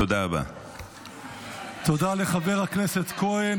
תודה לחבר הכנסת כהן.